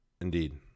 Indeed